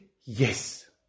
Yes